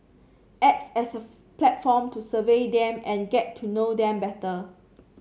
acts as a platform to survey them and get to know them better